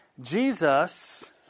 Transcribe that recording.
Jesus